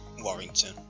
Warrington